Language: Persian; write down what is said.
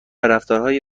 رفتارهایی